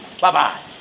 Bye-bye